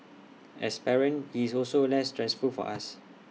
as parents IT is also less stressful for us